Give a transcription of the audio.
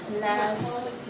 last